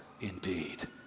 indeed